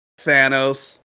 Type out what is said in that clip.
Thanos